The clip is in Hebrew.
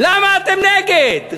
למה אתם נגד?